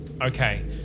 Okay